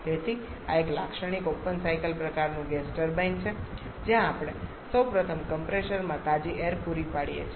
તેથી આ એક લાક્ષણિક ઓપન સાયકલ પ્રકારનું ગેસ ટર્બાઇન છે જ્યાં આપણે સૌ પ્રથમ કમ્પ્રેસરમાં તાજી એઈર પુરી પાડીએ છીએ